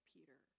Peter